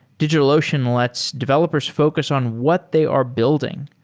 digitalocean lets developers focus on what they are building.